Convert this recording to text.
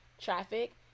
traffic